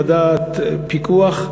ועדת פיקוח,